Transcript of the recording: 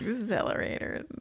Accelerator